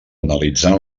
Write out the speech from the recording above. analitzant